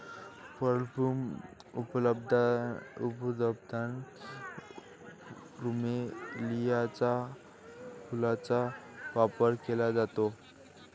perfume उत्पादनात प्लुमेरियाच्या फुलांचा वापर केला जातो